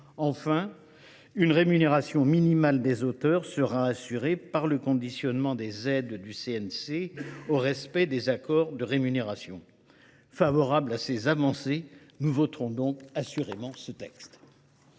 Enfin, une rémunération minimale des auteurs sera assurée par le conditionnement des aides du CNC au respect des accords de rémunération. Favorables à ces avancées, nous voterons assurément ce texte.